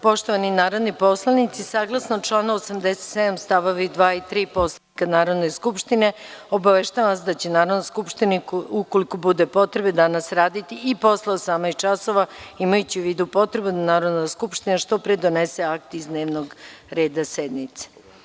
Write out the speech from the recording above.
Poštovani narodni poslanici, saglasno članu 87. stavovi 2. i 3. Poslovnika Narodne skupštine, obaveštavam vas da će Narodna skupština, ukoliko bude potrebe, danas raditi i posle 18,00 časova, imajući u vidu potrebu da Narodna skupština što pre donese akt iz dnevnog reda sednice.